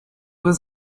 was